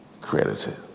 credited